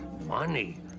money